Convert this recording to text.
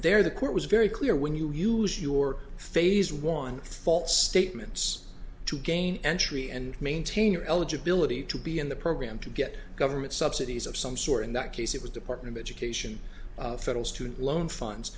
there the court was very clear when you use your phase one false statements to gain entry and maintain your eligibility to be in the program to get government subsidies of some sort in that case it was department education federal student loan funds